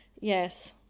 yes